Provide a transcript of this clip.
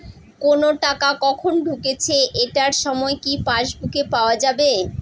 কোনো টাকা কখন ঢুকেছে এটার সময় কি পাসবুকে পাওয়া যাবে?